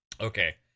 Okay